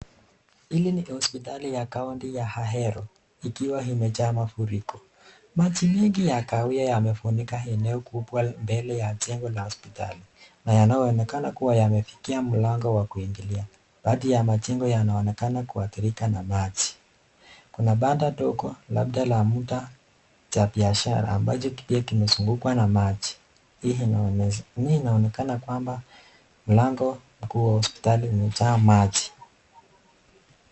Hili ni hosipitali ya kaunti ya Ahero, ikiwa imejaa mafuriko. Maji mengi ya kahawia yamefunika eneo kubwa mbele ya jengo la hosipitali, na yanayo onekana kuwa yamefikia mlango wa kuingilia. Baadhi ya majengo yanaonekana kuathirika na maji. Kuna banda dogo labda la muda cha biashara ambacho pia kimezungukwa na maji. Hii inaonyesha. Hii inaonekana kwamba mlango kuu wa hosipitali umejaa maji.